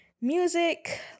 music